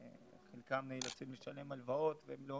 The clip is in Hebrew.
חלקם נאלצים לשלם הלוואות והם לא